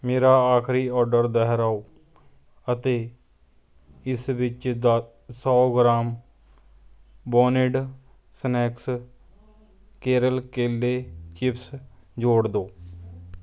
ਮੇਰਾ ਆਖਰੀ ਔਡਰ ਦੁਹਰਾਓ ਅਤੇ ਇਸ ਵਿੱਚ ਦ ਸੌ ਗ੍ਰਾਮ ਬੋਨਿਡ ਸਨੈਕਸ ਕੇਰਲ ਕੇਲੇ ਚਿਪਸ ਜੋੜ ਦਿਓ